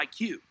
IQ